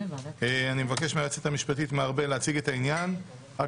אבקש מארבל היועצת המשפטית להציג את העניין ואז